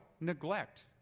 neglect